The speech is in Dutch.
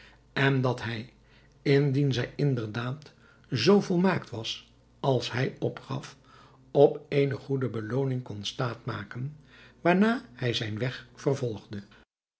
en dat hij indien zij inderdaad zoo volmaakt was als hij opgaf op eene goede belooning kon staat maken waarna hij zijn weg vervolgde